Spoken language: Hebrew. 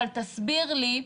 אבל תסביר לי,